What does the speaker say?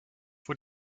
vor